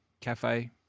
cafe